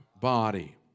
body